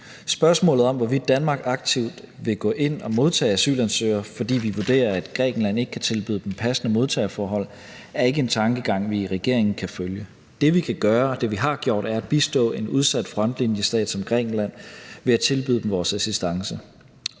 Spørgsmålet om, hvorvidt Danmark aktivt vil gå ind og modtage asylansøgere, fordi vi vurderer, at Grækenland ikke kan tilbyde dem passende modtagerforhold, er ikke en tankegang, vi i regeringen kan følge. Det, vi kan gøre, og det, vi har gjort, er at bistå en udsat frontlinjestat som Grækenland ved at tilbyde dem vores assistance.